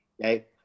Okay